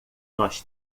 nós